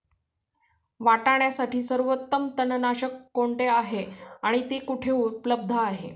वाटाण्यासाठी सर्वोत्तम तणनाशक कोणते आहे आणि ते कुठे उपलब्ध आहे?